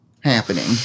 happening